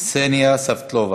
קסניה סבטלובה.